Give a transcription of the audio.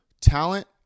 talent